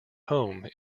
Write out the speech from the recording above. home